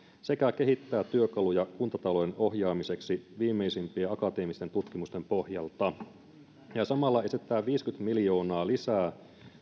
sekä kehittää työkaluja kuntatalouden ohjaamiseksi viimeisimpien akateemisten tutkimusten pohjalta samalla esitetään viisikymmentä miljoonaa lisää